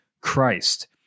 Christ